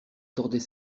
tordait